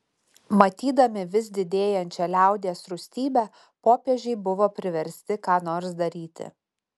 matydami vis didėjančią liaudies rūstybę popiežiai buvo priversti ką nors daryti